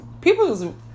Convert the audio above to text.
people